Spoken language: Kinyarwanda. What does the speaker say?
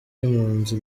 y’impunzi